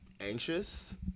Anxious